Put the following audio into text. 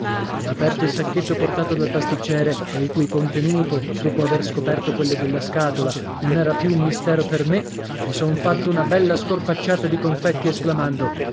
e aperto il sacchetto portato dal pasticciere e il cui contenuto dopo aver scoperto quello della scatola non era più un mistero per me mi son fatto una bella scorpacciata di confetti esclamando